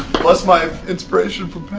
plus my inspiration from